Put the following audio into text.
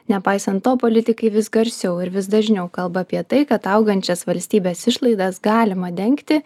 nepaisant to politikai vis garsiau ir vis dažniau kalba apie tai kad augančias valstybės išlaidas galima dengti